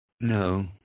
No